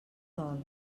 dol